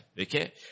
okay